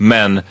Men